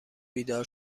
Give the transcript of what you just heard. بیدار